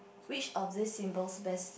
which of these symbols best